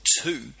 two